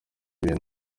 ibintu